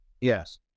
yes